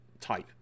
type